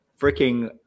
freaking